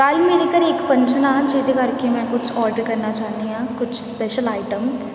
ਕੱਲ੍ਹ ਮੇਰੇ ਘਰ ਇੱਕ ਫੰਕਸ਼ਨ ਆ ਜਿਹਦੇ ਕਰਕੇ ਮੈਂ ਕੁਝ ਓਰਡਰ ਕਰਨਾ ਚਾਹੁੰਦੀ ਹਾਂ ਕੁਝ ਸਪੈਸ਼ਲ ਆਈਟਮਸ